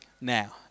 now